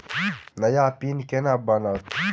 नया पिन केना बनत?